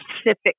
specific